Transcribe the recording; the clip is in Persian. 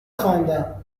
خواندم